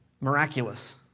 miraculous